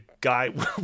guy